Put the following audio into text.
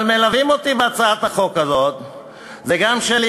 אבל מלווים אותי בהצעת החוק הזאת שלי יחימוביץ,